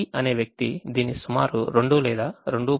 X3 అనే వ్యక్తి దీన్ని సుమారు 2 లేదా 2